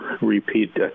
repeat